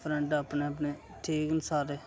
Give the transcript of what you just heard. friend अपने अपने ठीक न सारे